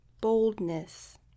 boldness